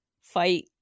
fight